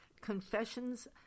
Confessions